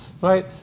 Right